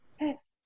yes